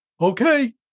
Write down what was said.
Okay